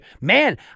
Man